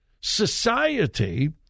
society